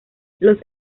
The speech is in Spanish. los